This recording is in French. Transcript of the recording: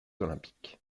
olympiques